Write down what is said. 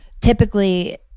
Typically